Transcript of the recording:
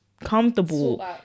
comfortable